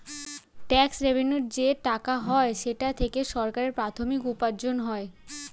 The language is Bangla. ট্যাক্স রেভেন্যুর যে টাকা হয় সেটা থেকে সরকারের প্রাথমিক উপার্জন হয়